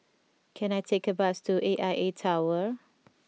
can I take a bus to A I A Tower